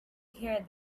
hear